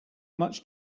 much